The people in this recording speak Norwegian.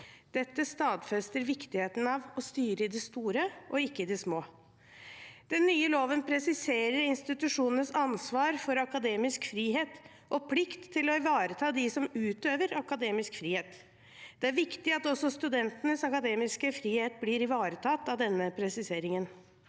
Dette stadfester viktigheten av å styre i det store og ikke i det små. Den nye loven presiserer institusjonenes ansvar for akademisk frihet og plikt til å ivareta dem som utøver akademisk frihet. Det er viktig at også studentenes akademiske frihet blir ivaretatt av denne presiseringen.